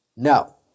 No